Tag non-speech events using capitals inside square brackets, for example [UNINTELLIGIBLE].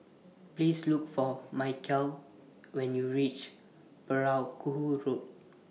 Please Look For [UNINTELLIGIBLE] when YOU REACH Perahu Road